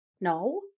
No